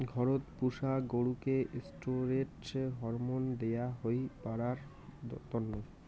ঘরত পুষা গরুকে ষ্টিরৈড হরমোন দেয়া হই বাড়ার তন্ন